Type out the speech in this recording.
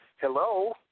Hello